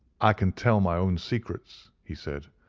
i can tell my own secrets, he said,